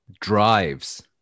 drives